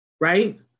right